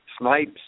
Snipes